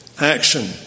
action